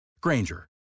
Granger